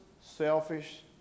selfish